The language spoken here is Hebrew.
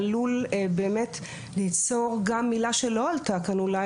עלול ליצור גם מילה שלא עלתה כאן אולי,